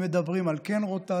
הם מדברים על כן רוטציה,